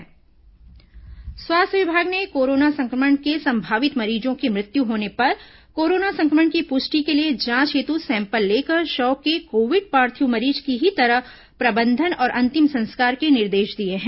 corona अंतिम संस्कार निर्देश स्वास्थ्य विभाग ने कोरोना संक्रमण के संभावित मरीज की मृत्यु होने पर कोरोना संक्रमण की पुष्टि के लिए जांच हेतु सैंपल लेकर शव के कोविड पार्थिव मरीज की ही तरह प्रबंधन और अंतिम संस्कार के निर्देश दिए हैं